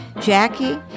Jackie